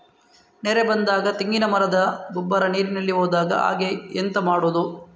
ನೆರೆ ಬಂದಾಗ ತೆಂಗಿನ ಮರದ ಗೊಬ್ಬರ ನೀರಿನಲ್ಲಿ ಹೋಗದ ಹಾಗೆ ಎಂತ ಮಾಡೋದು?